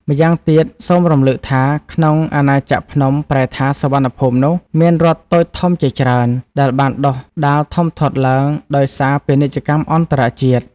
ម្យ៉ាងទៀតសូមរំលឹកថា ក្នុងអាណាចក្រភ្នំប្រែថា សុវណ្ណភូមិនោះ មានរដ្ឋតូចធំជាច្រើន ដែលបានដុះដាលធំធាត់ឡើង ដោយសារពាណិជ្ជកម្មអន្តរជាតិ ។